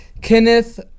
Kenneth